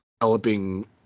developing